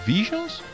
Visions